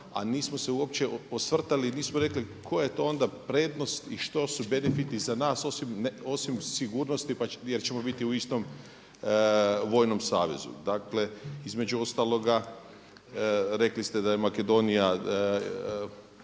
a nismo se uopće osvrtali, nismo rekli koja je to onda prednost i što su benefiti za nas osim sigurnosti jer ćemo biti u istom vojnom savezu. Dakle između ostaloga rekli ste da je Makedonija